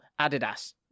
Adidas